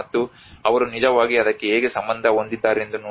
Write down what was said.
ಮತ್ತು ಅವರು ನಿಜವಾಗಿ ಅದಕ್ಕೆ ಹೇಗೆ ಸಂಬಂಧ ಹೊಂದಿದ್ದಾರೆಂದು ನೋಡಿ